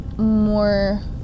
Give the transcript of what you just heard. more